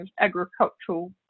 agricultural